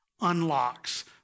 unlocks